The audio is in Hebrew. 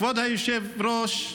כבוד היושב-ראש,